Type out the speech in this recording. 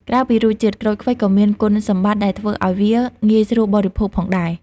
ក្រៅពីរសជាតិ ក្រូចឃ្វិចក៏មានគុណសម្បត្តិដែលធ្វើឲ្យវាងាយស្រួលបរិភោគផងដែរ។